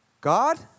God